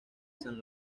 san